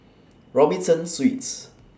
Robinson Suites